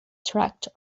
tractor